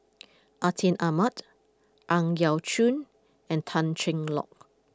Atin Amat Ang Yau Choon and Tan Cheng Lock